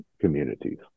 communities